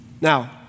Now